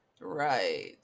Right